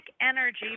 energy